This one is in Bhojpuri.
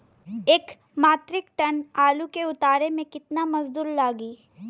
एक मित्रिक टन आलू के उतारे मे कितना मजदूर लागि?